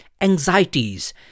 anxieties